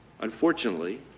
Unfortunately